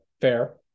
fair